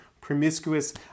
promiscuous